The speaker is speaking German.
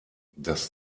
das